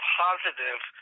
positive